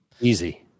easy